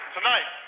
Tonight